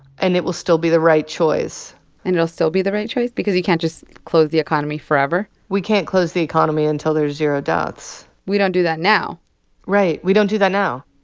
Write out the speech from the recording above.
and it will still be the right choice and it'll still be the right choice because you can't just close the economy forever? we can't close the economy until there's zero deaths we don't do that now right. we don't do that now